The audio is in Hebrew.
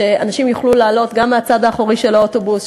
שאנשים יוכלו לעלות גם מהצד האחורי של האוטובוס,